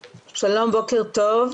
שלום, בוקר טוב.